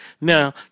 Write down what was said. Now